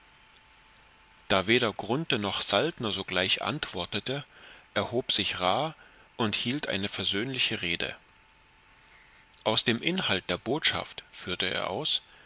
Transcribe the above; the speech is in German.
da weder grunthe noch saltner sogleich antwortete erhob sich ra und hielt eine versöhnliche rede aus dem inhalt der botschaft führte er aus